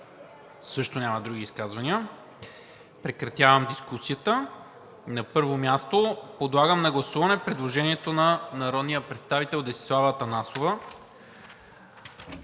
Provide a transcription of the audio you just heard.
Няма. Други изказвания? Няма. Прекратявам дискусията. На първо място подлагам на гласуване предложението на народния представител Десислава Атанасова